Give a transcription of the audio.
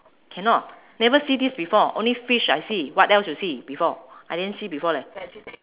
cannot never see this before only fish I see what else you see before I didn't see before leh